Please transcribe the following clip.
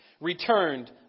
returned